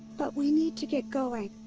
but we need to get going.